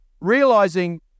realizing